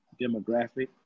demographic